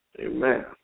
Amen